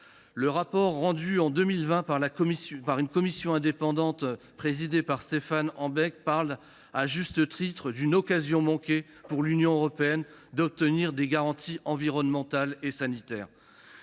Le rapport rendu en 2020 par une commission indépendante présidée par Stefan Ambec parle à juste titre d’une « occasion manquée » pour l’Union européenne d’obtenir des garanties environnementales et sanitaires.